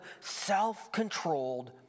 self-controlled